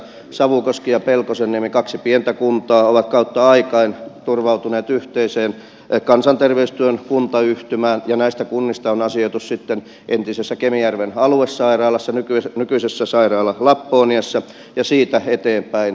savukoski ja pelkosenniemi kaksi pientä kuntaa ovat kautta aikain turvautuneet yhteiseen kansanterveystyön kuntayhtymään ja näistä kunnista on asioitu sitten entisessä kemijärven aluesairaalassa nykyisessä sairaala lapponiassa ja siitä eteenpäin rovaniemelle